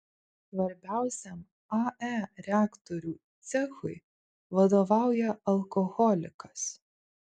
svarbiausiam ae reaktorių cechui vadovauja alkoholikas